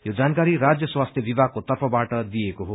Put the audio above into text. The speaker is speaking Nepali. यो जानकारी राज्य स्वास्थ्य विभागको तर्फबाट दिइएको हो